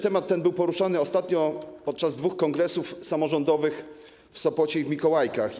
Ten temat był poruszany ostatnio podczas dwóch kongresów samorządowych w Sopocie i w Mikołajkach.